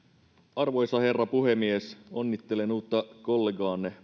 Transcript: arvoisa herra puhemies onnittelen uutta kollegaanne